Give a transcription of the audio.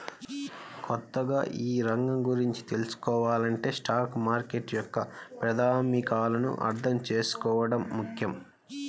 కొత్తగా ఈ రంగం గురించి తెల్సుకోవాలంటే స్టాక్ మార్కెట్ యొక్క ప్రాథమికాలను అర్థం చేసుకోవడం ముఖ్యం